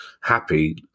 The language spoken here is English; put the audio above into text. happy